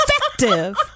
effective